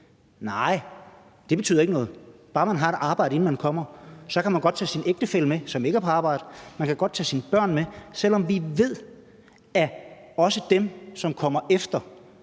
Nej, det betyder ikke noget – bare man har et arbejde, inden man kommer, kan man godt tage sin ægtefælle, som ikke har arbejde, med, og man kan godt tage sine børn med, selv om vi ved, at ikkevestlig